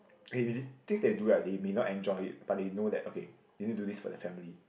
things they do right they may not enjoy it but they know that okay they need to do this for their family